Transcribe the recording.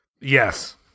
Yes